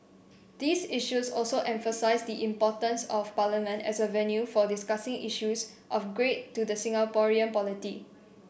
these issues also emphasise the importance of Parliament as a venue for discussing issues of great to the Singaporean polity